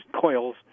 coils